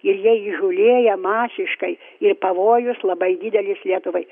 ir jie įžūlėja masiškai ir pavojus labai didelis lietuvai